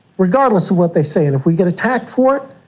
regardless of what they say. and if we get attacked for it,